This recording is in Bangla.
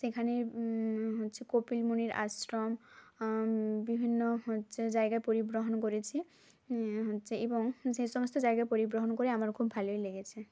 সেখানে হচ্ছে কপিল মুনির আশ্রম বিভিন্ন হচ্ছে জায়গায় পরিবহন করেছি হচ্ছে এবং যে সমস্ত জায়গা পরিবহন করে আমার খুব ভালোই লেগেছে